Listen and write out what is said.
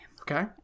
Okay